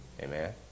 Amen